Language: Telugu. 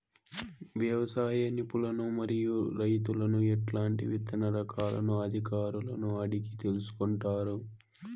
వ్యవసాయ నిపుణులను మరియు రైతులను ఎట్లాంటి విత్తన రకాలను అధికారులను అడిగి తెలుసుకొంటారు?